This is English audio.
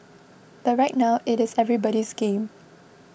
but right now it is everybody's game